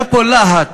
היה פה להט,